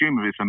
consumerism